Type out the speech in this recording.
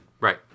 Right